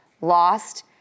Lost